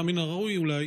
היה מן הראוי אולי